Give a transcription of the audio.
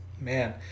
Man